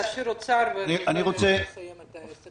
להשאיר את משרד האוצר ולסיים את העסק.